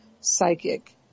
psychic